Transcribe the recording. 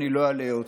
אני לא אלאה אתכם.